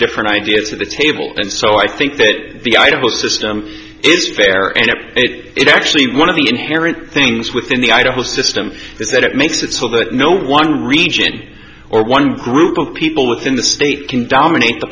different idea to the table and so i think that the idea of a system is fair and it is actually one of the inherent things within the idaho system is that it makes it so that no one region or one group of people within the state can dominate the